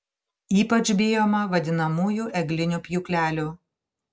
ypač bijoma vadinamųjų eglinių pjūklelių